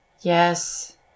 Yes